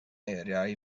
eiriau